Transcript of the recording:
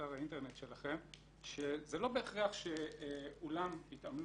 באתר האינטרנט שלכם שזה לא בהכרח שאולם התעלמות,